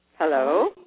Hello